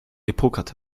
gepokert